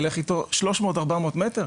הוא יילך איתו 300, 400 מטר?